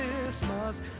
Christmas